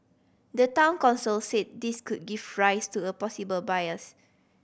the Town Council say this could give rise to a possible bias